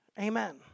Amen